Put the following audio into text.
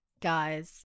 guys